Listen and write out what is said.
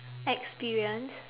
experienced